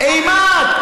אימת,